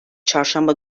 çarşamba